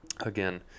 again